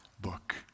book